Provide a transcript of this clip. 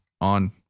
on